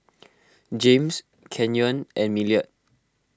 James Canyon and Millard